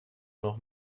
noch